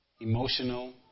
emotional